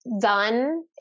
done